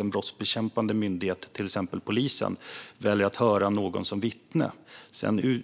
En brottsbekämpande myndighet, till exempel polisen, kan välja att höra någon som vittne.